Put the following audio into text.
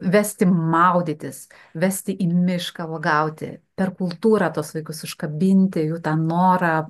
vesti maudytis vesti į mišką uogauti per kultūrą tuos vaikus užkabinti jų tą norą